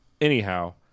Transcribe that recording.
Anyhow